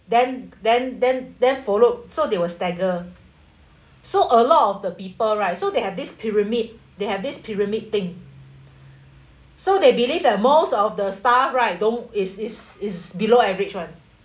then then then then followed so they will stagger so a lot of the people right so they have this pyramid they have this pyramid thing so they believe that most of the star right though is is is below average [one]